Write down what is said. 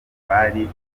bari